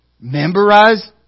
Memorize